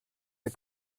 der